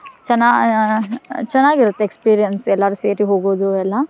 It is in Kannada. ಚೆನ್ನ ಚೆನ್ನಾಗಿರುತ್ತೆ ಎಕ್ಸ್ಪಿರಿಯನ್ಸ್ ಎಲ್ಲರೂ ಸೇರಿ ಹೋಗೋದು ಎಲ್ಲ